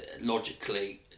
logically